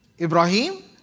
Ibrahim